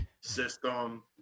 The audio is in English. system